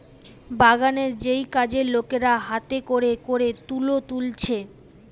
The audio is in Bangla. বাগানের যেই কাজের লোকেরা হাতে কোরে কোরে তুলো তুলছে